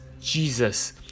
Jesus